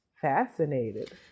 fascinated